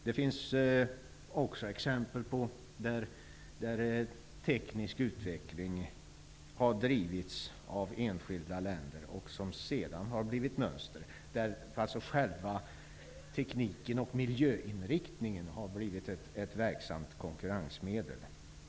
Det finns också exempel där teknisk utveckling har drivits av enskilda länder och sedan har blivit mönster. Där har själva tekniken och miljöinriktningen blivit ett verksamt konkurrensmedel.